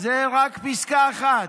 זה רק פסקה אחת.